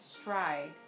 stride